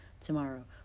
tomorrow